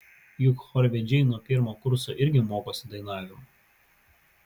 juk chorvedžiai nuo pirmo kurso irgi mokosi dainavimo